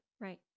right